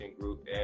group